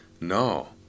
No